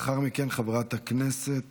לאחר מכן, חבר הכנסת